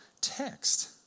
text